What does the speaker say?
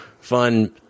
fun